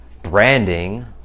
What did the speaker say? branding